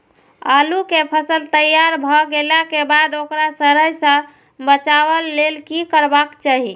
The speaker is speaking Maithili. आलू केय फसल तैयार भ गेला के बाद ओकरा सड़य सं बचावय लेल की करबाक चाहि?